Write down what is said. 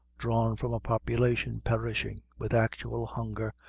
drawn from a population perishing with actual hunger,